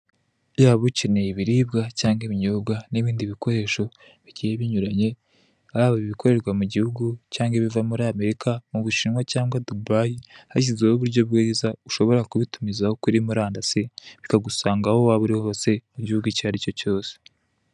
Yaba ukeneye ibiribwa cyangwa ibinyobwa, n'ibindi bikoresho bigiye binyuranye, yaba ibikorerwa mu gihugu cyangwa ibiva muri Amerika, mu Bushinwa cyangwa Dubayi, hashizweho uburyo bwiza ushobora kubitumizaho kuri murandasi, bikangusanga aho waba uri hose mu gihugu icyari cyo cyose.